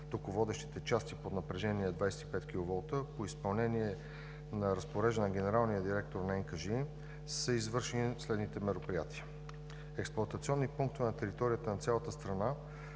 тоководещите части под напрежение 25 киловолта, по изпълнение на разпореждане на генералния директор на НКЖИ, са извършени следните мероприятия: Експлоатационни пунктове на територията на цялата страна